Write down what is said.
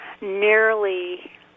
Nearly